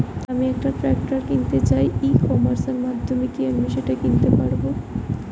আমি একটা ট্রাক্টর কিনতে চাই ই কমার্সের মাধ্যমে কি আমি সেটা কিনতে পারব?